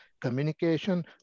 communication